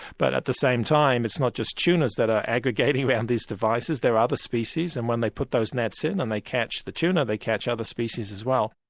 but at the same time, it's not just tunas that are aggregating around these devices, there are other species, and when they put those nets in and they catch the tuna, they catch other species as well.